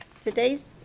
today's